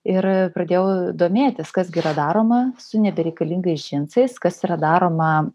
ir pradėjau domėtis kas gi yra daroma su nebereikalingais džinsais kas yra daroma